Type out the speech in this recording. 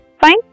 Fine